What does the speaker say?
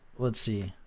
let's see.